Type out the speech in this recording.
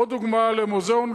עוד דוגמה למוזיאון,